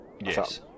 Yes